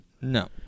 No